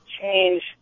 change